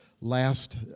last